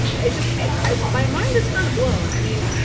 i just i i my mind is kind of blown. i mean,